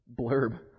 blurb